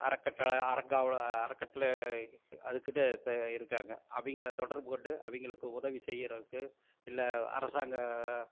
அறக்கட்டளை அறங்காவலர் அறக்கட்டளை அதுக்குன்னு இருக்காங்க அவங்கள தொடர்பு கொண்டு அவங்களுக்கு உதவி செய்யறதுக்கு இல்லை அரசாங்க